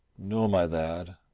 no, my lad,